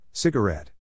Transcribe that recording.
Cigarette